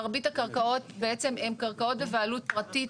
מרבית הקרקעות בעצם הן קרקעות בבעלות פרטית,